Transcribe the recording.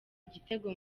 igitego